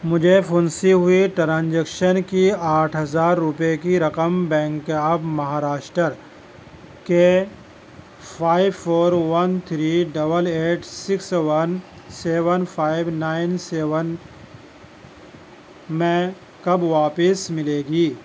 مجھے پھنسی ہوئی ٹرانجیکشن کی آٹھ ہزار روپئے کی رقم بینک آب مہاراشٹر کے five four one three double eight six one seven five nine seven میں کب واپس ملے گی